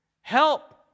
Help